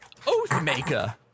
Oathmaker